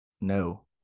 No